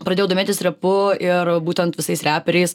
pradėjau domėtis repu ir būtent visais reperiais